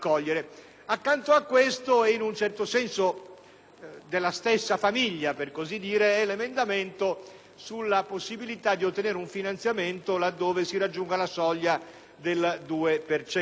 della stessa famiglia è l'emendamento sulla possibilità di ottenere un finanziamento laddove si raggiunga la soglia del 2 per cento. Si potrebbe obiettare che vi è un'altra soglia, ormai decisa,